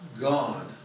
God